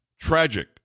tragic